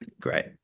Great